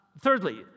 Thirdly